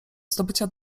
zdobycia